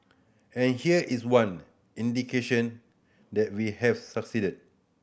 and here is one indication that we have succeeded